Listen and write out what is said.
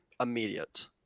immediate